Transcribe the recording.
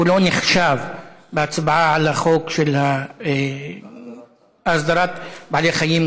קולו נחשב בהצבעה על החוק של הסדרת בעלי חיים,